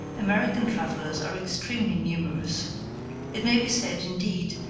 american travelers are extremely numerous it may be said, indeed,